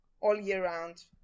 all-year-round